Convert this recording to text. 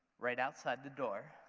right outside the door,